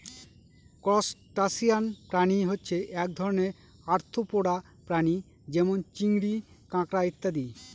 crustacean প্রাণী হচ্ছে এক ধরনের আর্থ্রোপোডা প্রাণী যেমন চিংড়ি, কাঁকড়া ইত্যাদি